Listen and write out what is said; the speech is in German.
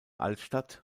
altstadt